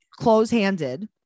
close-handed